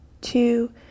Two